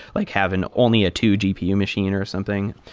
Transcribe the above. like having only a two gpu machine or something,